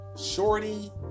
Shorty